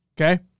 okay